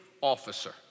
officer